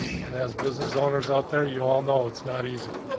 and as business owners out there, you all know it's not easy,